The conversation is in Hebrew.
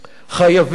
חייבים,